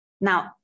now